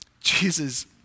Jesus